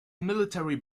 military